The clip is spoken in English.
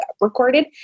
recorded